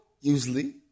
usually